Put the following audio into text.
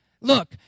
Look